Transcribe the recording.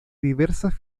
diversas